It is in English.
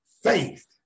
faith